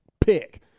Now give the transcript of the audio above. Pick